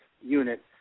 unit